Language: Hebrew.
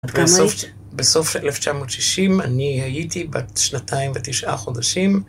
בסוף של 1960, אני הייתי בת שנתיים ותשעה חודשים.